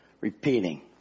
repeating